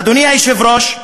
אדוני היושב-ראש,